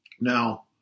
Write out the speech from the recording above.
Now